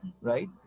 right